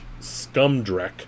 Scumdreck